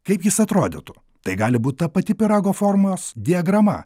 kaip jis atrodytų tai gali būt ta pati pyrago formos diagrama